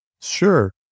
Sure